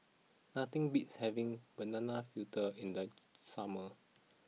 nothing beats having Banana Fritter in the summer